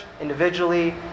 individually